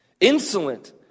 insolent